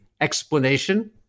explanation